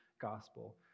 gospel